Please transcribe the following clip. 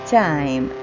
time